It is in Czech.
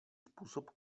způsob